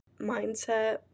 mindset